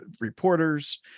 reporters